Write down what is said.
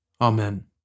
Amen